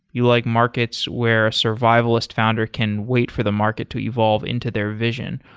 you like markets where survivalist foundry can wait for the market to evolve into their vision.